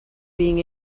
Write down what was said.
being